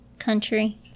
Country